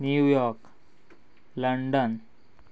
New York London